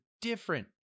different